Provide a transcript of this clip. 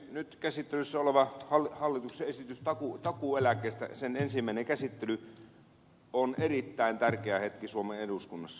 nyt käsittelyssä oleva hallituksen esitys takuueläkkeestä sen ensimmäinen käsittely on erittäin tärkeä hetki suomen eduskunnassa